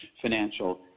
financial